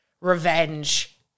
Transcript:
revenge